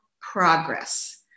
progress